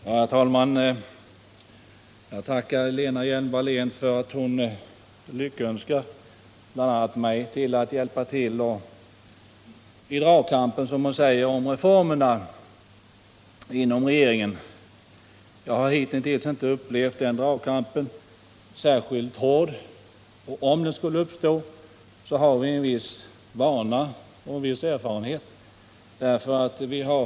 Herr talman! Jag tackar Lena Hjelm-Wallén för att hon lyckönskar bl.a. mig i dragkampen, som hon säger, om reformerna inom regeringen. Jag har hitintills inte upplevt den dragkampen som särskilt hård. Om den skulle uppstå har vi dock en viss vana och en viss erfarenhet.